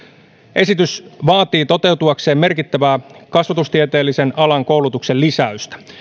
esitys vaatii toteutuakseen merkittävää kasvatustieteellisen alan koulutuksen lisäystä